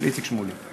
של איציק שמולי.